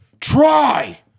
try